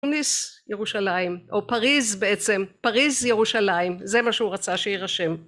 פריז ירושלים או פריז בעצם פריז ירושלים זה מה שהוא רצה שירשם